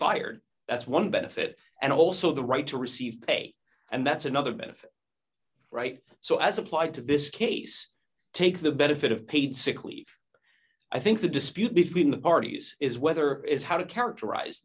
fired that's one benefit and also the right to receive pay and that's another benefit right so as applied to this case take the benefit of paid sick leave i think the dispute between the parties is whether is how to characterize